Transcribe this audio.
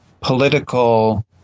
political